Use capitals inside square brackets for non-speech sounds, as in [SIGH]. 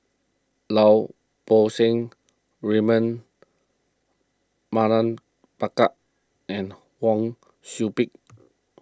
Lau Poo Seng Raymond Mardan [UNINTELLIGIBLE] and Wang Sui Pick